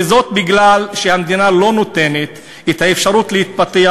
וזאת בגלל שהמדינה לא נותנת את האפשרות להתפתח,